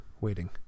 waiting